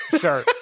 sure